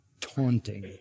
taunting